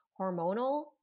hormonal